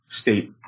state